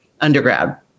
undergrad